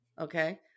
Okay